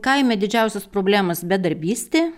kaime didžiausios problemos bedarbystė